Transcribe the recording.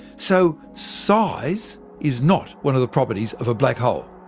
so size is not one of the properties of a black hole.